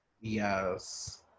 Yes